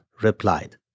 replied